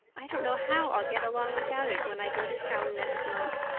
i don't know how i'll get along without it when i go to town next month.